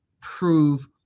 prove